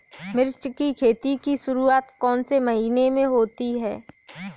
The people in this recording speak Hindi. मिर्च की खेती की शुरूआत कौन से महीने में होती है?